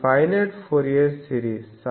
ఇది finite Fourier series